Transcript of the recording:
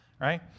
right